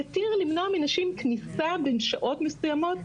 יתיר למנוע מנשים כניסה בין שעות מסוימות,